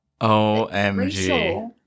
OMG